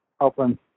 open